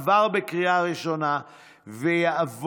עברה בקריאה ראשונה ותעבור